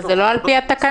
אבל זה לא על פי התקנון.